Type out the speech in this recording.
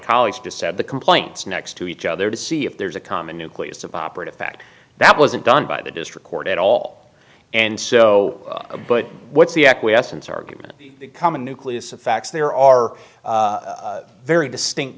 colleagues decide the complaints next to each other to see if there's a common nucleus of operative fact that wasn't done by the district court at all and so a but what's the acquiescence argument become a nucleus of facts there are very distinct